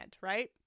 right